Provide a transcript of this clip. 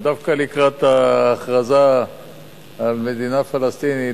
ודווקא לקראת ההכרזה על מדינה פלסטינית